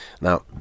now